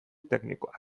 teknikoak